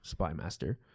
Spymaster